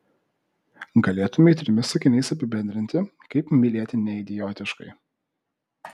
galėtumei trimis sakiniais apibendrinti kaip mylėti neidiotiškai